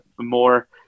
more